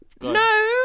No